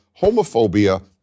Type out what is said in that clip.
homophobia